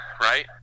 right